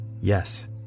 Yes